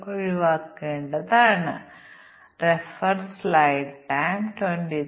എന്നിട്ട് അതിന്റെ ഫലങ്ങൾ 6 ശതമാനം 7 ശതമാനം 8 ശതമാനം 9 ശതമാനം നിരക്കുകളാണ്